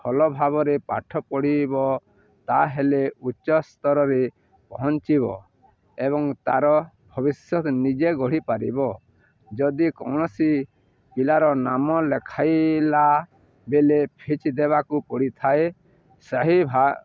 ଭଲ ଭାବରେ ପାଠ ପଢ଼ିବ ତାହେଲେ ଉଚ୍ଚ ସ୍ତରରେ ପହଞ୍ଚିବ ଏବଂ ତାର ଭବିଷ୍ୟତ ନିଜେ ଗଢ଼ିପାରିବ ଯଦି କୌଣସି ପିଲାର ନାମ ଲେଖାଇଲା ବେଳେ ଫିଜ୍ ଦେବାକୁ ପଡ଼ିଥାଏ ସେହି